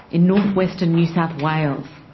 in north-western new south wales.